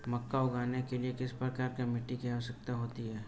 मक्का उगाने के लिए किस प्रकार की मिट्टी की आवश्यकता होती है?